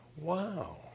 Wow